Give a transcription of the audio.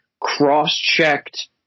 cross-checked